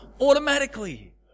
automatically